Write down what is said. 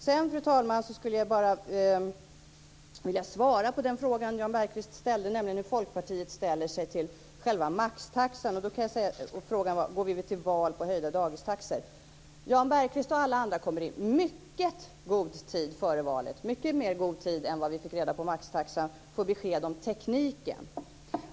Sedan, fru talman, skulle jag bara vilja svara på den fråga Jan Bergqvist ställde, nämligen hur Folkpartiet ställer sig till själva maxtaxan - frågan var om vi går till val på höjda dagistaxor. Jan Bergqvist och alla andra kommer i mycket god tid före valet - mycket mer god tid än vad vi fick reda på förslaget om maxtaxa - att få besked om tekniken.